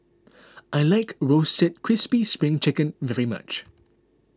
I like Roasted Crispy Spring Chicken very much